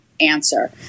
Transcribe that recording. answer